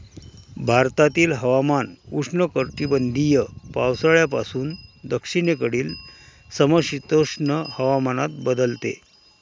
भारतातील हवामान उष्णकटिबंधीय पावसाळ्यापासून दक्षिणेकडील समशीतोष्ण हवामानात बदलते